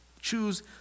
choose